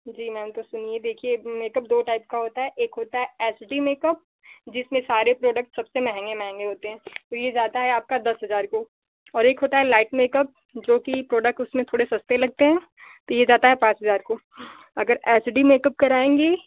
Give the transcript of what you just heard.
जी ma'am तो सुनिए देखिए मेकअप दो टाइप का होता है एक होता है एच डी मेकअप जिसमें सारे प्रोडक्ट्स सबसे महंगे महंगे होते हैं तो ये जाता है आपका दस हजार के ऊपर और एक होता है लाइट मेकअप जो की प्रॉडक्ट उसमें थोड़े सस्ते लगते हैं तो ये जाता है पाँच हजार को अगर एच डी मेकअप कराएँगी तो आप